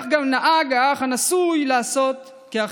האח הנשוי נהג לעשות כאחיו: